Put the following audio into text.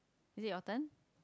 is it your turn